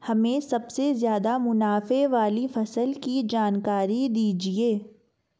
हमें सबसे ज़्यादा मुनाफे वाली फसल की जानकारी दीजिए